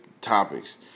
topics